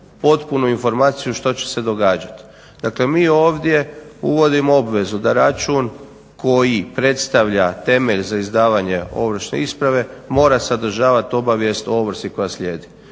potpunu informaciju što će se događati. Dakle, mi ovdje uvodimo obvezu da račun koji predstavlja temelj za izdavanje ovršne isprave mora sadržavati obavijest o ovrsi koja slijedi.